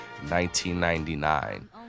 1999